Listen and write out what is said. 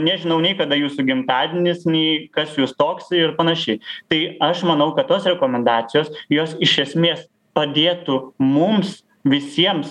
nežinau nei kada jūsų gimtadienis nei kas jūs toks ir panašiai tai aš manau kad tos rekomendacijos jos iš esmės padėtų mums visiems